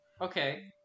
Okay